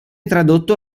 tradotto